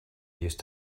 used